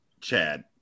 Chad